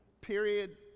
Period